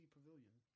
Pavilion